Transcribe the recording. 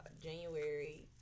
January